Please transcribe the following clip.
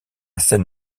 seine